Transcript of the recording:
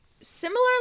similarly